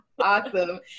Awesome